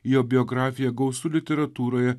jo biografija gausu literatūroje